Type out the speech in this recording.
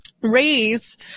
raise